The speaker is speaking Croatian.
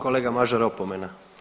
Kolega Mažar opomena.